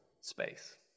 space